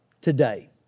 today